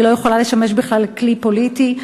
היא לא יכולה לשמש בכלל כלי פוליטי.